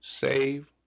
save